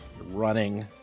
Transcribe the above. Running